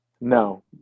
No